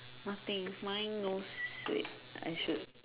nothing mine no wait I should